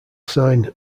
sign